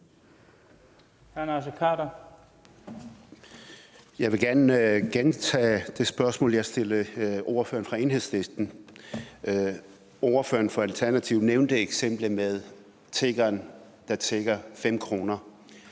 Jeg vil gerne gentage det spørgsmål, som jeg stillede til ordføreren for Enhedslisten. Ordføreren for Alternativet nævnte eksemplet med tiggeren, der tigger om 5 kr.,